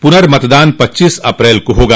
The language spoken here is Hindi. पुनमतदान पच्चीस अप्रैल को होगा